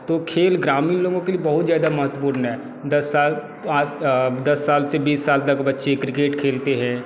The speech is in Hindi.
तो खेल ग्रामीण लोगों के लिए बहुत ज़्यादा महत्त्वपूर्ण है दस साल पाँच दस साल से बीस साल तक बच्चे क्रिकेट खेलते हैं